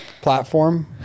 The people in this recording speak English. platform